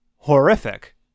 Horrific